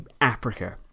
Africa